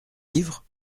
livre